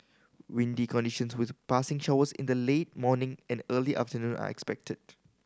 windy conditions with passing showers in the late morning and early afternoon are expected